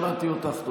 שמעתי אותך.